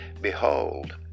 Behold